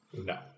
no